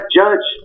judge